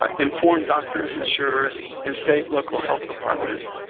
ah inform doctors, insurers, and state local health departments,